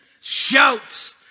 shout